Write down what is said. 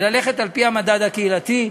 יש ללכת על פי המדד הקהילתי.